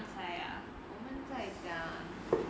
刚才啊我们在讲